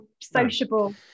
sociable